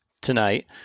tonight